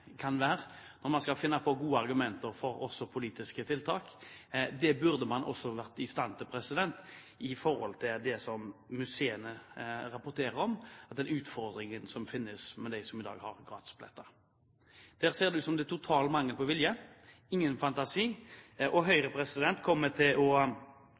kan være når man skal finne på gode argumenter også for politiske tiltak. Det burde man også vært i stand til når det gjelder det som museene rapporterer om, utfordringen som finnes for dem som i dag har gratisbilletter. Der ser det ut som det er total mangel på vilje og ingen fantasi. Høyre kommer til å følge den utviklingen svært nøye, og vi kommer til å